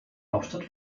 hauptstadt